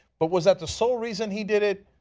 but was at the sole reason he did it?